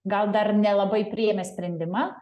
gal dar nelabai priėmę sprendimą